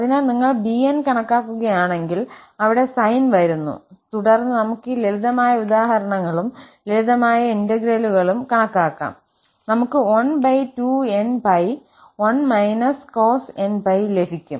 അതിനാൽ നിങ്ങൾ 𝑏𝑛 കണക്കാക്കുകയാണെങ്കിൽ അവിടെ സൈൻ വരുന്നു തുടർന്ന് നമുക്ക് ഈ ലളിതമായ ഉദാഹരണങ്ങളും ലളിതമായ ഇന്റഗ്രലുകളും കണക്കാക്കാം നമുക്ക് 12𝑛𝜋1−cos𝑛𝜋 ലഭിക്കും